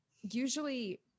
usually